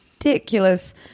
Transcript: ridiculous